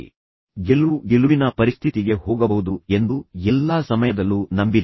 ನಿಮ್ಮನ್ನು ನಂಬಿರಿ ನೀವು ಗೆಲುವು ಗೆಲುವಿನ ಪರಿಸ್ಥಿತಿಗೆ ಹೋಗಬಹುದು ಎಂದು ಎಲ್ಲಾ ಸಮಯದಲ್ಲೂ ನಂಬಿರಿ